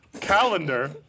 calendar